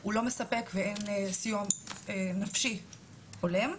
הוא לא מספק ואין סיוע נפשי הולם.